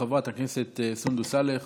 חברת הכנסת סונדוס סאלח